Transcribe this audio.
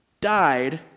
died